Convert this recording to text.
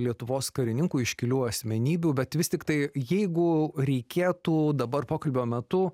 lietuvos karininkų iškilių asmenybių bet vis tiktai jeigu reikėtų dabar pokalbio metu